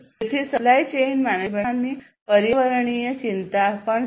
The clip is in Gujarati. તેથી સપ્લાય ચેઇન મેનેજમેંટમાં ઘણા વધારાની પર્યાવરણીય ચિંતા પણ છે